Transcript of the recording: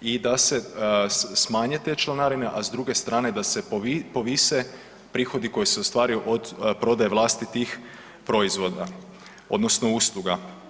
i da se smanje te članarine, a s druge strane da se povise prihodi koji se ostvaruju od prodaje vlastitih proizvoda odnosno usluga.